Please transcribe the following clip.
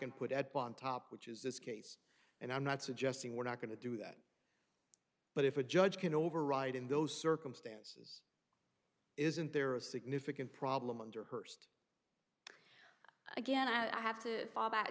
and put at bon top which is this case and i'm not suggesting we're not going to do that but if a judge can override in those circumstance isn't there a significant problem under hurst again i have to fall back